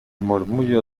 murmullo